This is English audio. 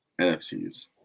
NFTs